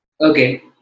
Okay